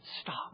Stop